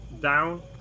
down